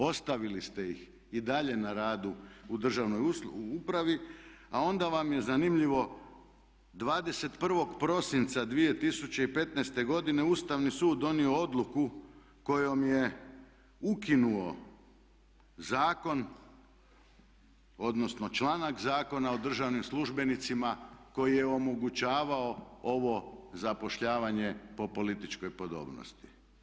Ostavili ste ih i dalje na radu u državnoj upravi a onda vam je zanimljivo 21. prosinca 2015. godine Ustavni sud je donio odluku kojom je ukinuo zakon, odnosno članak Zakona o državnim službenicima koji je omogućavao ovo zapošljavanje po političkoj podobnosti.